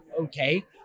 okay